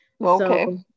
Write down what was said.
Okay